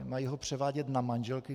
Mají ho převádět na manželky?